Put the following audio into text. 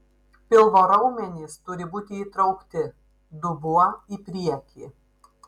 pilvo raumenys turi būti įtraukti dubuo į priekį